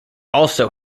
also